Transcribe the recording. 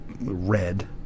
red